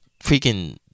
freaking